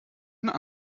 einen